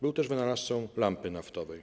Był też wynalazcą lampy naftowej.